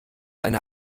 eine